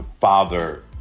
father